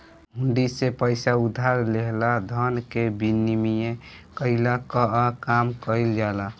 हुंडी से पईसा उधार लेहला धन के विनिमय कईला कअ काम कईल जाला